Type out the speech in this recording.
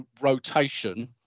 rotation